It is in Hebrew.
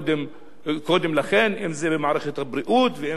אם במערכת הבריאות ואם במערכת החינוך,